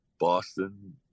Boston